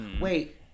Wait